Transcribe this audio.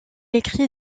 écrit